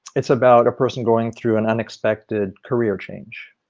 it's about a person going through an unexpected career change.